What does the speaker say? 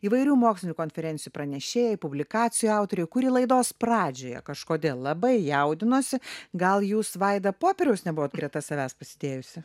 įvairių mokslinių konferencijų pranešėja publikacijų autorė kuri laidos pradžioje kažkodėl labai jaudinosi gal jūs vaida popieriaus nebuvot greta savęs pasidėjusi